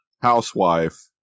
housewife